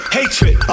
hatred